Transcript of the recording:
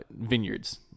vineyards